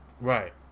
Right